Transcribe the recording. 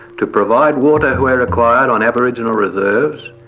to provide water where required on aboriginal reserves,